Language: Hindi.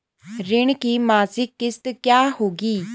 ऋण की मासिक किश्त क्या होगी?